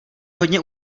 hodně